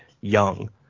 young